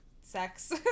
sex